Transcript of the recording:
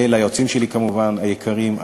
וליועצים היקרים שלי,